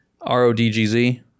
r-o-d-g-z